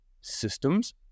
systems